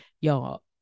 Y'all